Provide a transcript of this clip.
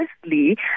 firstly